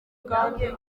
kandi